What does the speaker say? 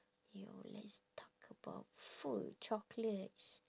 yo let's talk about food chocolates